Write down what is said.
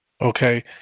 Okay